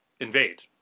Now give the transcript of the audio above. invade